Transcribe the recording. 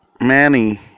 Manny